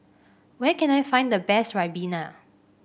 where can I find the best Ribena